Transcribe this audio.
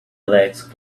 legs